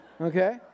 okay